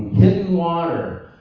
hidden water.